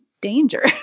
danger